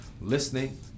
listening